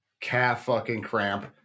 calf-fucking-cramp